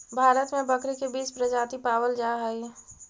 भारत में बकरी के बीस प्रजाति पावल जा हइ